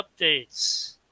updates